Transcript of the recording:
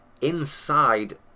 inside